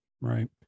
Right